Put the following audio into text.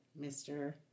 mr